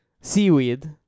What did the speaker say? Seaweed